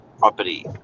property